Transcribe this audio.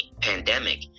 pandemic